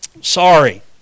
Sorry